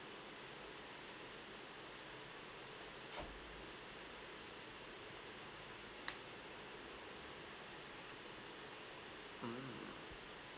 mm